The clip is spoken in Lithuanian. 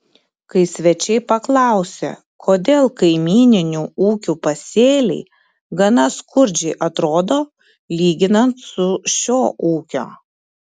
kai svečiai paklausė kodėl kaimyninių ūkių pasėliai gana skurdžiai atrodo lyginant su šio ūkio